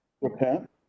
Repent